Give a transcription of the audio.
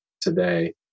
today